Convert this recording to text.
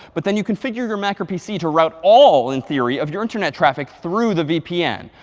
but then you configure your mac or pc to route all in theory of your internet traffic through the vpn.